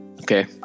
Okay